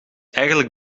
eigenlijk